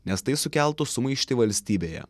nes tai sukeltų sumaištį valstybėje